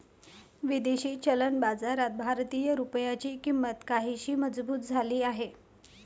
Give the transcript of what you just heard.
विदेशी चलन बाजारात भारतीय रुपयाची किंमत काहीशी मजबूत झाली आहे